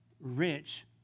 Rich